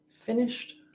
Finished